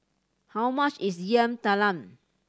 how much is Yam Talam